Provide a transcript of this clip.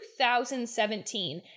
2017